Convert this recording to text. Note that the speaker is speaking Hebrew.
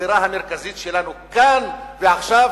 הזירה המרכזית שלנו היא כאן ועכשיו,